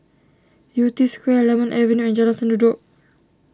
Yew Tee Square Lemon Avenue and Jalan Sendudok